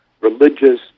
religious